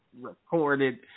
recorded